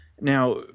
Now